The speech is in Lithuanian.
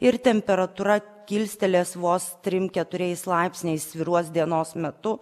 ir temperatūra kilstelės vos trim keturiais laipsniais svyruos dienos metu